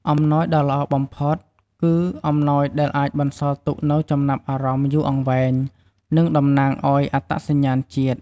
អំណោយដ៏ល្អបំផុត គឺអំណោយដែលអាចបន្សល់ទុកនូវចំណាប់អារម្មណ៍យូរអង្វែង និងតំណាងឱ្យអត្តសញ្ញាណជាតិ។